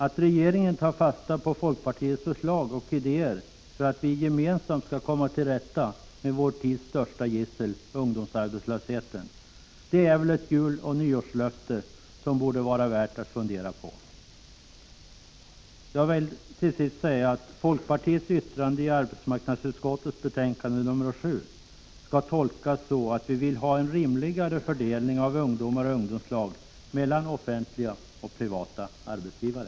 Att regeringen skall ta fasta på folkpartiets förslag och idéer för att vi gemensamt skall komma till rätta med vår tids största gissel, ungdomsarbetslösheten, är väl ett juloch nyårslöfte som borde vara värt att fundera på. Jag vill till sist säga att folkpartiets yttrande i arbetsmarknadsutskottets betänkande nr 7 skall tolkas så att vi vill ha en rimligare fördelning av ungdomar i ungdomslag mellan offentliga och privata arbetsgivare.